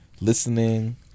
listening